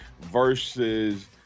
versus